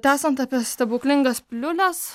tęsiant apie stebuklingas piliules